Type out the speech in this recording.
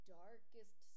darkest